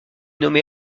nommé